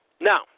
Now